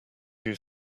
you